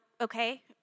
okay